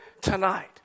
tonight